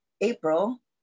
April